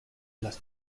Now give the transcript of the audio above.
las